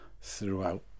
throughout